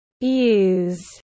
use